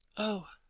oh!